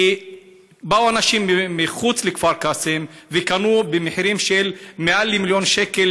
כי באו אנשים מחוץ לכפר קאסם וקנו במחירים של למעלה ממיליון שקל,